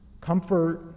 comfort